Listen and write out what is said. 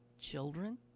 children